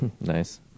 Nice